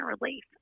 relief